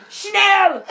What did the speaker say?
Schnell